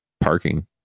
parking